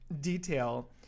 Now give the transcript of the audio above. detail